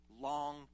long